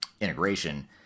integration